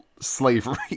slavery